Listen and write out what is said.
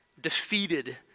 defeated